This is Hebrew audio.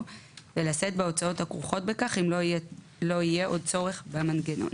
ולשאת בהוצאות הכרוכות בכך אם לא יהיה עוד צורך במנגנון,